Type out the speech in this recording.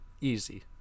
Easy